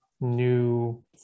new